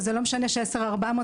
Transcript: וזה לא משנה אם הם הולכים למשכנתא,